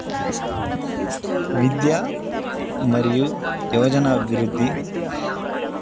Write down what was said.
విద్య మరియు యోజన అభివృద్ధి